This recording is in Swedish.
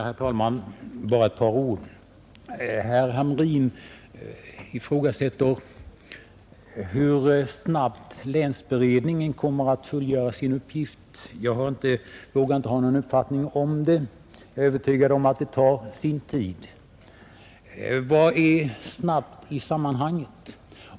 Herr talman! Jag vill bara säga ett par ord. Herr Hamrin frågar hur snabbt länsberedningen kommer att fullgöra sin uppgift. Jag har inte vågat ha någon uppfattning om det. Jag är övertygad om att det tar sin tid. Vad är snabbt i sammanhanget?